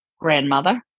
grandmother